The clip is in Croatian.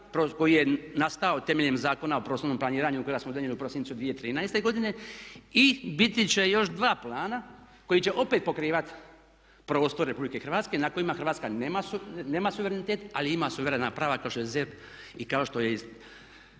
koji je nastao temeljem Zakona o prostornom planiranju kojeg smo donijeli u prosincu 2013. godine. I biti će još dva plana koji će opet pokrivati prostor RH na kojima Hrvatska nema suverenitet ali ima suverena prava kao što je ZERP i kao što je